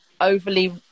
overly